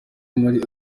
muri